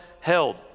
held